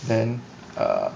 then err